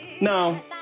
No